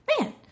man